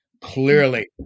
Clearly